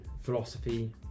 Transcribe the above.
philosophy